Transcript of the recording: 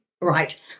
right